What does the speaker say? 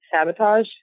sabotage